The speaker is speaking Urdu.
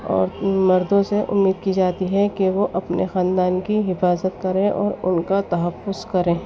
اور ان مردوں سے امید کی جاتی ہے کہ وہ اپنے خاندان کی حفاظت کریں اور ان کا تحفظ کریں